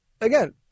again